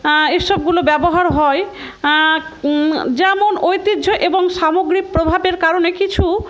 এসবগুলো ব্যবহার হয় যেমন ঐতিহ্য এবং সামগ্রিক প্রভাবের কারণে কিছু